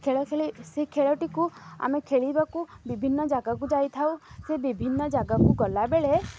ଖେଳ ଖେଳି ସେ ଖେଳଟିକୁ ଆମେ ଖେଳିବାକୁ ବିଭିନ୍ନ ଜାଗାକୁ ଯାଇଥାଉ ସେ ବିଭିନ୍ନ ଜାଗାକୁ ଗଲାବେଳେ